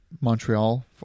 Montreal